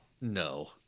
No